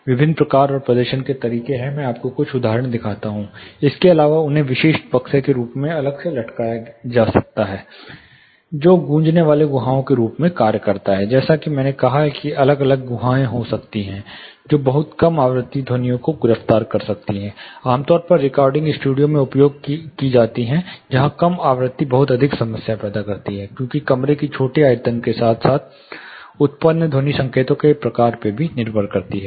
विभिन्न प्रकार और प्रदर्शन तरीके हैं मैं आपको कुछ उदाहरण दिखाता हूं इसके अलावा उन्हें विशिष्ट बक्से के रूप में भी अलग से लटका दिया जा सकता है जो गूंजने वाले गुहाओं के रूप में कार्य करता है जैसे मैंने कहा कि यह अलग अलग गुहाएं हो सकती हैं जो बहुत कम आवृत्ति ध्वनियों को गिरफ्तार कर सकती हैं आमतौर पर रिकॉर्डिंग स्टूडियो में उपयोग की जाती हैं जहां कम आवृत्ति बहुत अधिक समस्या पैदा करती है क्योंकि कमरे की छोटी आयतन के साथ साथ उत्पन्न ध्वनि संकेतों का प्रकार पर भी निर्भर करते है